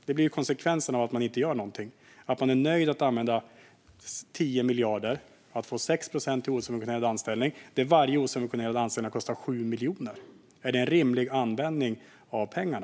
Det blir konsekvensen av att man inte gör något: Man är nöjd med att använda 10 miljarder för få 6 procent som går till osubventionerade anställningar och där varje osubventionerad anställning kostar 7 miljoner. Är det en rimlig användning av pengarna?